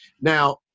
Now